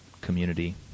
community